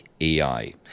AI